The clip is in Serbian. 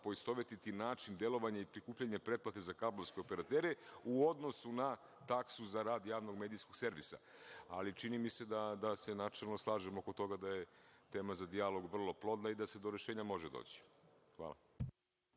poistovetiti način delovanja i prikupljanja pretplate za kablovske operatere, u odnosu na taksu za rad javnog medijskog servisa. Ali, čini mi se da se načelno slažemo oko toga da je tema za dijalog vrlo plodna i da se do rešenja može doći. Hvala.